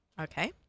Okay